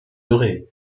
aurez